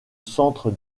centre